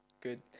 good